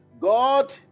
God